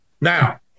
Now